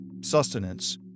sustenance